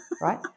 right